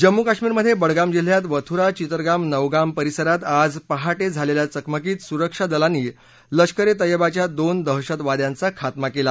जम्मू कश्मीरमध्ये बडगाम जिल्ह्यात वथूरा चितरगाम नवगाम परिसरात आज पहाटे झालेल्या चकमकीत सुरक्षा दलांनी लष्कर ए तय्यबच्या दोन दहशतवाद्यांचा खात्मा केला